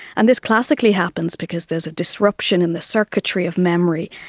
and this classically happens because there is a disruption in the circuitry of memory.